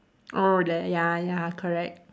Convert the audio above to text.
oh there ya ya correct